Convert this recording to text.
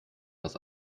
dass